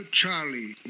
Charlie